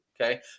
okay